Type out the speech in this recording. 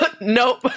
nope